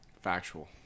Factual